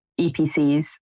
EPCs